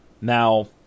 Now